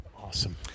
Awesome